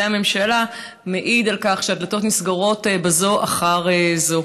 הממשלה מעיד על כך שהדלתות נסגרות בזו אחר זו.